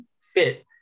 fit